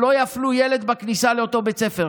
שלא יפלו ילד בכניסה לאותו בית ספר.